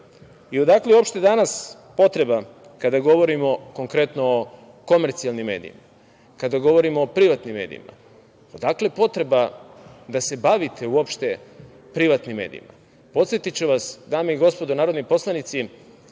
radite. Odakle uopšte danas potreba kada govorimo konkretno o komercijalnim medijima, kada govorimo o privatnim medijima da se bavite uopšte privatnim medijima? Podsetiću vas, dame i gospodo narodni poslanici,